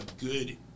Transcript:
good